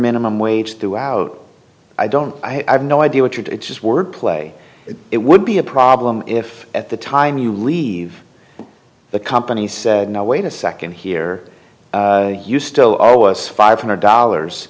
minimum wage through out i don't i have no idea what you do it's just word play it would be a problem if at the time you leave the company said now wait a second here you still owe us five hundred dollars